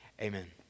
Amen